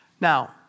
Now